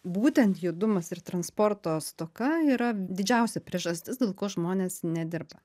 būtent judumas ir transporto stoka yra didžiausia priežastis dėl ko žmonės nedirba